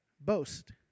boast